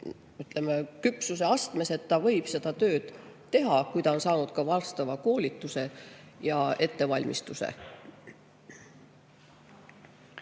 ütleme, küpsuseastmes, et ta võib seda tööd teha, kui ta on saanud vastava koolituse ja ettevalmistuse.